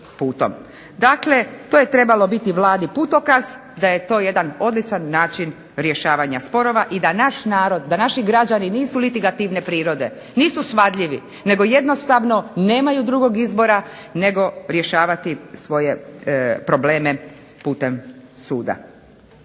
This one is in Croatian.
Dakle, to je trebalo biti Vladi putokaz da je to jedan odličan način rješavanja sporova i da naš narod, da naši građani nisu litigativne prirode, nisu svadljivi, nego jednostavno nemaju drugog izbora nego rješavati svoje probleme putem suda.